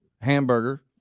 Hamburger